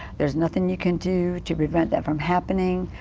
there's nothing you can do to prevent that from happening.